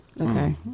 Okay